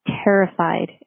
terrified